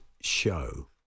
show